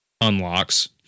unlocks